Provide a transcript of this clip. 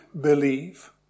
believe